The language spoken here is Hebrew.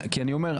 כי אני אומר,